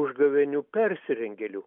užgavėnių persirengėlių